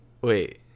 Wait